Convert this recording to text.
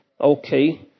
Okay